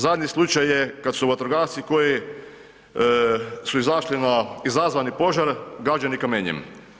Zadnji slučaj je kad su vatrogasci koji su izašli na izazvani požar, gađani kamenjem.